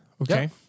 Okay